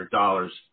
dollars